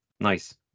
Nice